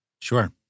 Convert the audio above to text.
Sure